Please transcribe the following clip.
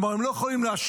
כלומר, הם לא יכולים להשקות